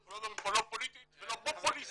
אנחנו לא מדברים פה לא פוליטית ולא פופוליסטית